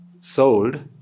sold